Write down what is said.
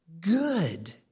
good